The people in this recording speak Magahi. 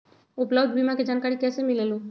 उपलब्ध बीमा के जानकारी कैसे मिलेलु?